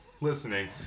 listening